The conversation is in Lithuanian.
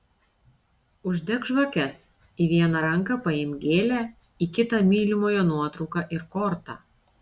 uždek žvakes į vieną ranką paimk gėlę į kitą mylimojo nuotrauką ir kortą